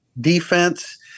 defense